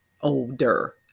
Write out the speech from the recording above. older